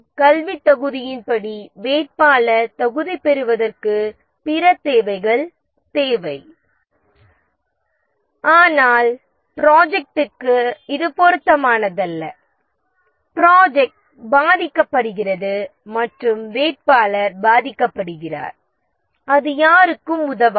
கல்வித் தகுதியின்படி வேட்பாளர் தகுதி பெறுவதற்கு பிற தேவைகள் தேவை ஆனால் ப்ரொஜெக்ட்டுக்கு இது பொருத்தமானதல்ல ப்ரொஜெக்ட் பாதிக்கப்படுகிறது மற்றும் வேட்பாளர் பாதிக்கப்படுகிறார் அது யாருக்கும் உதவாது